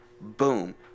boom